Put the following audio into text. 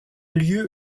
lieu